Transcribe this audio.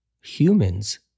Humans